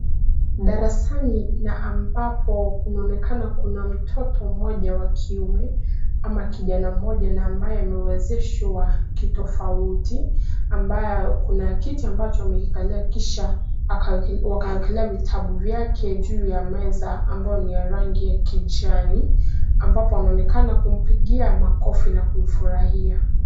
Darasani na ambapo kunaonekana kuna mtoto mmoja wa kiume ama kijana mmoja na ambaye amewesheshwa kitofauti, ambayo kuna kiti ambacho amekikalia kisha wakaekelea vitabu vyake juu ya meza ambayo ni ya rangi ya kijani, ambapo wanaonekana kumpigia makofi na kumfurahia.